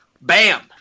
Bam